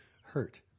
hurt